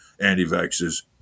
anti-vaxxers